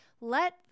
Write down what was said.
Let